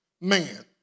man